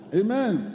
amen